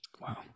wow